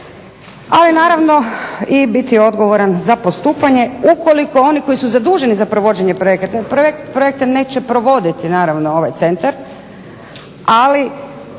ali naravno i biti odgovoran za postupanje ukoliko oni koji su zaduženi za provođenje projekata, projekte neće provoditi naravno ovaj centar, ali